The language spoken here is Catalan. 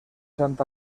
sant